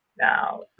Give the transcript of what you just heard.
now